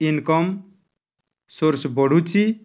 income source ବଢ଼ୁଛି